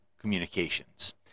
communications